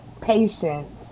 patience